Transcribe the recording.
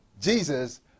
Jesus